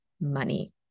money